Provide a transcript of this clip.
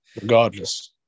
Regardless